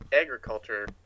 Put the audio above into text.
agriculture